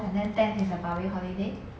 and then ten is a public holiday